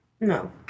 No